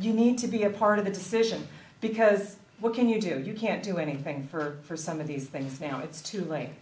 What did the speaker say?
you need to be a part of the decision because what can you do if you can't do anything for some of these things now it's too late